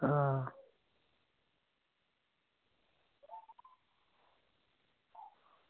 आं